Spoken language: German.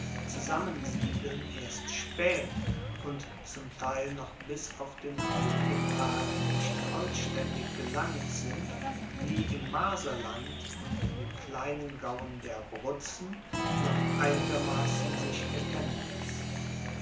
zusammensiedeln erst spaet und zum teil noch bis auf den heutigen tag nicht vollstaendig gelangt sind wie im marserland und in den kleinen gauen der abruzzen noch einigermassen sich erkennen laesst